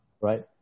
right